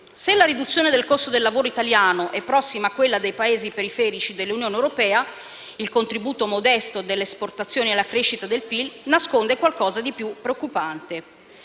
Se la riduzione del costo del lavoro italiano è prossima a quella dei Paesi periferici dell'Unione europea, il contributo modesto delle esportazioni alla crescita del PIL nasconde qualcosa di più preoccupante.